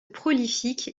prolifique